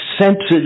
sensitive